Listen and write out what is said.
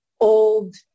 old